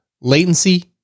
latency